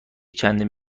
چندین